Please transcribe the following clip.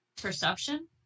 Perception